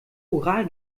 ural